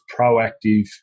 proactive